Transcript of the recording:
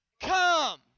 come